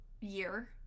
year